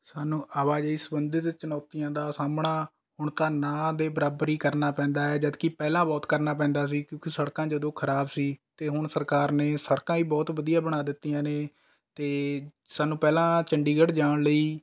ਸਾਨੂੰ ਆਵਾਜਾਈ ਸੰਬੰਧਿਤ ਚੁਣੌਤੀਆਂ ਦਾ ਸਾਹਮਣਾ ਹੁਣ ਤਾਂ ਨਾ ਦੇ ਬਰਾਬਰ ਹੀ ਕਰਨਾ ਪੈਂਦਾ ਹੈ ਜਦ ਕਿ ਪਹਿਲਾਂ ਬਹੁਤ ਕਰਨਾ ਪੈਂਦਾ ਸੀ ਕਿਉਂਕਿ ਸੜਕਾਂ ਜਦੋਂ ਖਰਾਬ ਸੀ ਅਤੇ ਹੁਣ ਸਰਕਾਰ ਨੇ ਸੜਕਾਂ ਹੀ ਬਹੁਤ ਵਧੀਆ ਬਣਾ ਦਿੱਤੀਆਂ ਨੇ ਅਤੇ ਸਾਨੂੰ ਪਹਿਲਾਂ ਚੰਡੀਗੜ੍ਹ ਜਾਣ ਲਈ